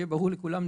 שיהיה ברור לכולם,